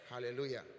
Hallelujah